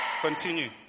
Continue